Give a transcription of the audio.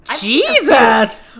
Jesus